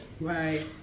Right